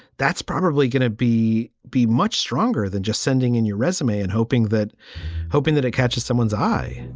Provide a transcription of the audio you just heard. that's probably going to be be much stronger than just sending in your resume and hoping that hoping that it catches someone's eye.